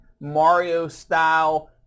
Mario-style